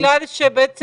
בגלל שבעצם,